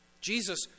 Jesus